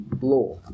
law